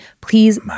Please